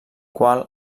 qual